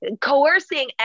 coercing